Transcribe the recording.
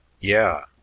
Yeah